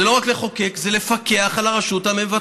זה לא רק לחוקק, זה לפקח על הרשות המבצעת.